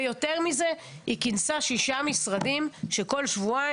יותר מזה, היא גם כינסה שישה משרדים שכל שבועיים